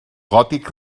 gòtic